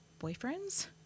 boyfriends